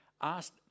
asked